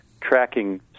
tracking